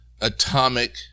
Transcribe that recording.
atomic